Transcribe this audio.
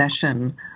session